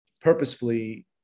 purposefully